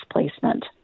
displacement